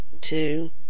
two